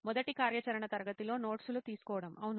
మొదటి కార్యాచరణ తరగతిలో నోట్స్ లు తీసుకోవటం అవును